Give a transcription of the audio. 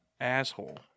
Asshole